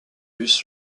bus